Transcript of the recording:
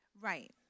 Right